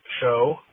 show